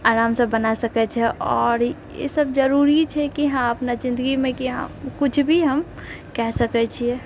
आरामसँ बना सकैछै आओर ई सब जरूरी छै कि हँ अपना जिन्दगीमे कि किछु भी हम कए सकै छिऐ